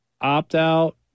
opt-out